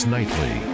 Nightly